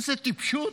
איזו טיפשות.